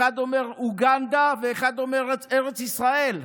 אחד אומר אוגנדה ואחד אומר ארץ ישראל,